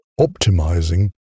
optimizing